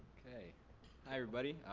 okay. hi everybody,